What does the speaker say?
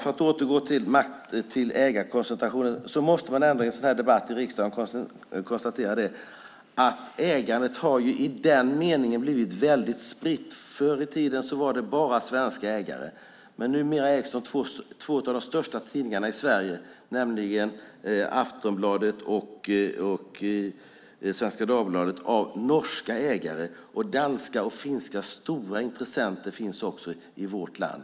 För att återgå till frågan om ägarkoncentrationen måste man ändå i en sådan här debatt i riksdagen konstatera att ägandet i den meningen har blivit väldigt spritt. Förr i tiden var det bara svenska ägare, men numera har två av de största tidningarna i Sverige, nämligen Aftonbladet och Svenska Dagbladet, norska ägare. Stora danska och finska intressenter finns också i vårt land.